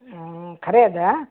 ಹ್ಞೂ ಖರೆ ಅದ